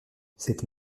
cette